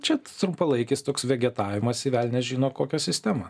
čia trumpalaikis toks vegetavimas į velnias žino kokią sistemą